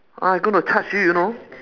ah I gonna charge you you know